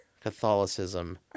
Catholicism